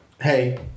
Hey